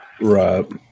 Right